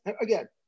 again